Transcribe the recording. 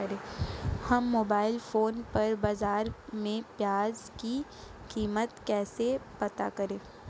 हम mobile phone पर बाज़ार में प्याज़ की कीमत कैसे पता करें?